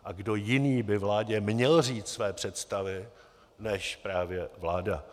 A kdo jiný by vládě měl říct své představy než právě vláda.